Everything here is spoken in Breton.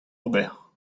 ober